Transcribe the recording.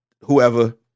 whoever